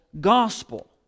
gospel